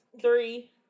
three